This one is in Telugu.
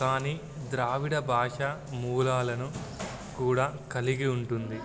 కానీ ద్రావిడ భాష మూలాలను కూడా కలిగి ఉంటుంది